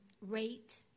rate